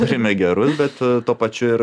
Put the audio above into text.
turime gerus bet tuo pačiu ir